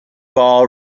ball